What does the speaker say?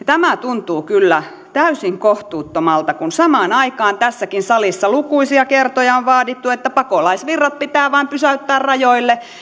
tämä tuntuu kyllä täysin kohtuuttomalta kun samaan aikaan tässäkin salissa lukuisia kertoja on vaadittu että pakolaisvirrat pitää vain pysäyttää rajoille